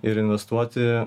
ir investuoti